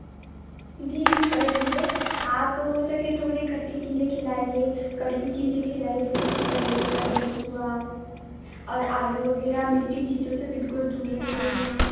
जी हम कर देंगे आप हो सके तो उन्हें खट्टी चीज़ें खिलाइए कड़वी चीज़ें खिलाइए जैसे कि करेले का जूस हुआ और आलू वगैरह मीठी चीज़ों से बिल्कुल दूर रखिए उन्हें